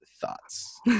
thoughts